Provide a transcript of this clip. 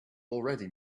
already